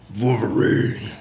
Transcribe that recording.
Wolverine